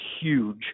huge